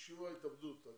אבל